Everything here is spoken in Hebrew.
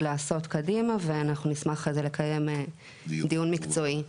לעשות קדימה ואנחנו נשמח אחרי זה לקיים דיון מקצועי.